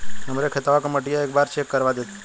हमरे खेतवा क मटीया एक बार चेक करवा देत?